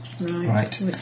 Right